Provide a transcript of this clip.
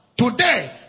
Today